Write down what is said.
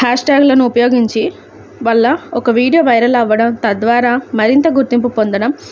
హాష్టాగ్లను ఉపయోగించి వల్ల ఒక వీడియో వైరల్ అవ్వడం తద్వారా మరింత గుర్తింపు పొందడం